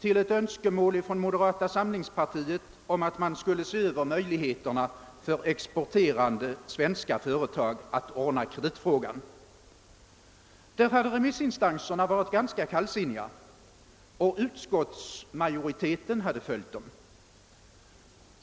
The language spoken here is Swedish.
till ett önskemål från moderata samlingspartiet om att man skulle se över möjligheterna för exporterande svenska företag att ordna kreditfrågan. Där hade remissinstanserna varit ganska kallsinniga, och utskottsmajoriteten hade följt dem.